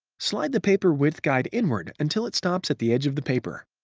slide the paper width guide inward until it stops at the edge of the paper.